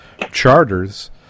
charters